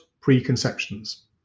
preconceptions